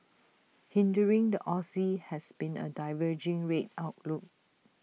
hindering the Aussie has been A diverging rate outlook